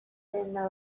denda